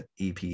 EP